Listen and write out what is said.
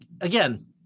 again